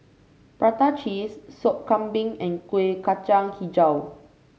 Prata Cheese Sop Kambing and Kueh Kacang hijau